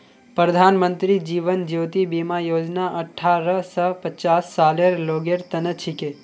प्रधानमंत्री जीवन ज्योति बीमा योजना अठ्ठारह स पचास सालेर लोगेर तने छिके